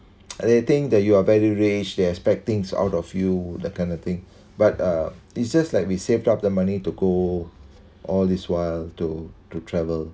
they think that you are very rich they expect things out of you the kind of thing but uh it's just like we saved up the money to go all this while to to travel